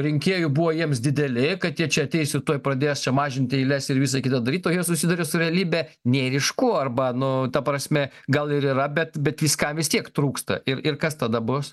rinkėjų buvo jiems dideli kad jie čia ateis ir tuoj pradės čia mažinti eiles ir visa kita daryt o jie susiduria su realybe nėr iš ko arba nu ta prasme gal ir yra bet bet viskam vis tiek trūksta ir ir kas tada bus